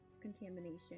contamination